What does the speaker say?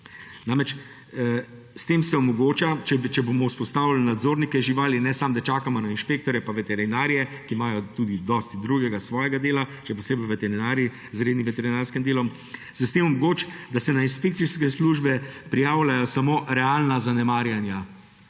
S tem se namreč omogoča – če bomo vzpostavili nadzornike živali, ne samo, da čakamo na inšpektorje in veterinarje, ki imajo tudi dosti drugega svojega dela, še posebej veterinarji z rednim veterinarskim delom – da se na inšpekcijske službe prijavljajo samo realna zanemarjanja,